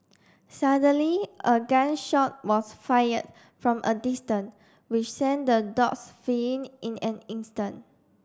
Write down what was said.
suddenly a gun shot was fired from a distance which sent the dogs fleeing in an instant